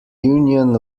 union